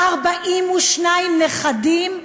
42 נכדים,